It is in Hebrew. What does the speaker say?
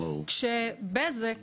כש"בזק"